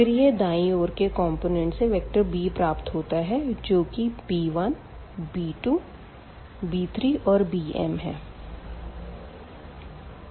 फिर यह दायीं ओर के कंपोनेंट से वेक्टर b प्राप्त होता है जो कि b1 b2 b3 और bmहैं